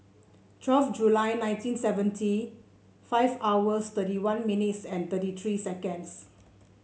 twelve July nineteen seventy five hours thirty one minutes and thirty three seconds